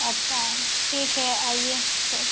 अच्छा ठीक है आइए फिर